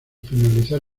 finalizar